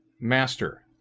Master